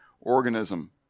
organism